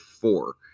four